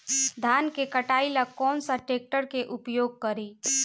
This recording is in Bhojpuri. धान के कटाई ला कौन सा ट्रैक्टर के उपयोग करी?